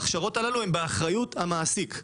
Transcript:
ההכשרות הללו הן באחריות המעסיק.